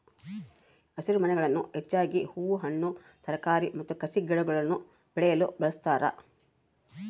ಹಸಿರುಮನೆಗಳನ್ನು ಹೆಚ್ಚಾಗಿ ಹೂ ಹಣ್ಣು ತರಕಾರಿ ಮತ್ತು ಕಸಿಗಿಡಗುಳ್ನ ಬೆಳೆಯಲು ಬಳಸ್ತಾರ